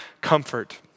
comfort